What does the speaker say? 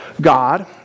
God